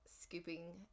scooping